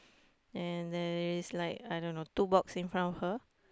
and there is like I don't know two box in front of her